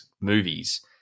movies